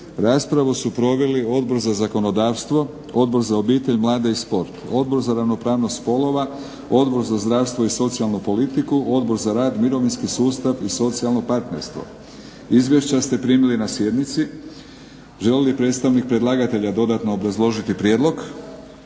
Raspravu su proveli Odbor za zakonodavstvo, Odbor za obitelj, mlade i sport, Odbor za ravnopravnost spolova, Odbor za zdravstvo i socijalnu politiku, Odbor za rad, mirovinski sustav i socijalno partnerstvo. Izvješća ste primili na sjednici. Želi li predstavnik predlagatelja dodatno obrazložiti prijedlog?